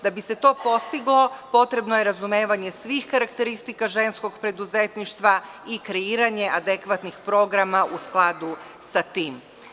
Da bi se to postiglo, potrebno je razumevanje svih karakteristika ženskog preduzetništva i kreiranja adekvatnih programa u skladu sa tim.